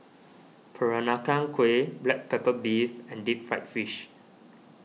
Peranakan Kueh Black Pepper Beef and Deep Fried Fish